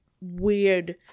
weird